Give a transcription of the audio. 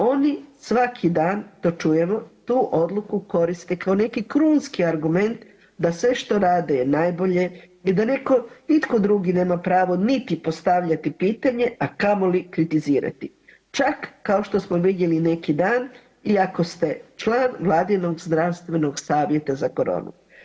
Oni svaki dan, to čujemo tu odluku koriste kao neki krunski argument da sve što rade je najbolje, da nitko drugi nema pravo niti postavljati pitanje a kamoli kritizirati, čak kao što smo vidjeli i neki dan i ako ste član Vladinog zdravstvenog savjeta za koronu.